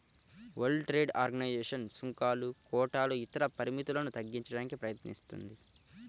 world trade organization సుంకాలు, కోటాలు ఇతర పరిమితులను తగ్గించడానికి ప్రయత్నిస్తుంది